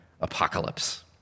apocalypse